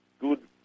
good